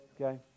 okay